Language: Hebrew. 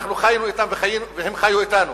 אנחנו חיינו אתם והם חיו אתנו.